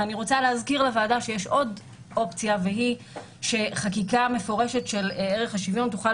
יש עוד אופציה של חקיקה מפורשת של ערך השוויון שתוכל